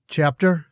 Chapter